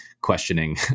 questioning